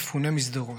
מפונה משדרות: